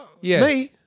Yes